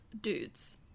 dudes